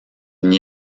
n’y